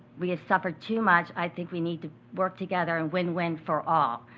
we have suffered too much. i think we need to work together and win-win for all.